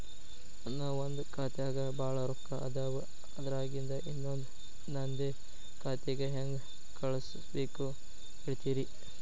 ನನ್ ಒಂದ್ ಖಾತ್ಯಾಗ್ ಭಾಳ್ ರೊಕ್ಕ ಅದಾವ, ಅದ್ರಾಗಿಂದ ಇನ್ನೊಂದ್ ನಂದೇ ಖಾತೆಗೆ ಹೆಂಗ್ ಕಳ್ಸ್ ಬೇಕು ಹೇಳ್ತೇರಿ?